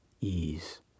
ease